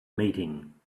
meeting